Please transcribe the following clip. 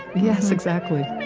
yes, exactly